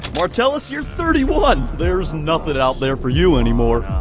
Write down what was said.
martellus, you're thirty one. there's nothing out there for you anymore.